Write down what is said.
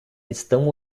estão